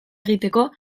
egiteko